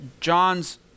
John's